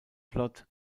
plot